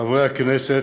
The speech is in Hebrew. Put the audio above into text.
חברי הכנסת,